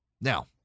Now